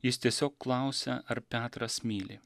jis tiesiog klausia ar petras myli